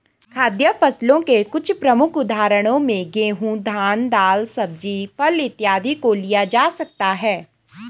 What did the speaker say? खाद्य फसलों के कुछ प्रमुख उदाहरणों में गेहूं, धान, दाल, सब्जी, फल इत्यादि को लिया जा सकता है